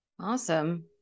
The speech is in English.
Awesome